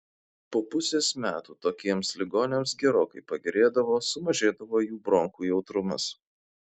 po pusės metų tokiems ligoniams gerokai pagerėdavo sumažėdavo jų bronchų jautrumas